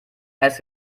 eis